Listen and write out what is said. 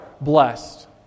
blessed